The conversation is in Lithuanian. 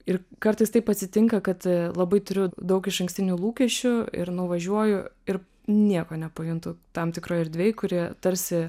ir kartais taip atsitinka kad labai turiu daug išankstinių lūkesčių ir nuvažiuoju ir nieko nepajuntu tam tikroj erdvėj kuri tarsi